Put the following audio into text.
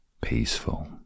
peaceful